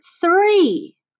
three